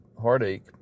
heartache